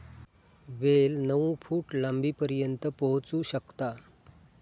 वेल नऊ फूट लांबीपर्यंत पोहोचू शकता